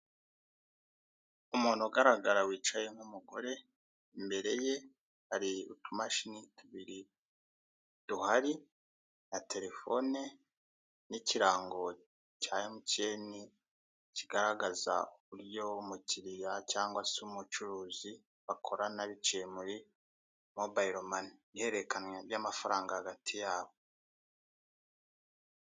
Umuntu ugaragara wicaye nk'umugore, imbere ye hari utumashini tubiri duhari, na telefoni, n'ikirango cya Emutiyeni kigaragaza uburyo umukiriya cyangwa se umucuruzi bakorana biciye muri mobayiro mani. Ihererekanwa ry'amafaranga hagati yabo.